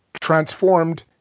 transformed